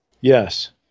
Yes